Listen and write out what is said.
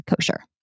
Kosher